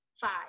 five